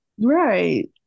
Right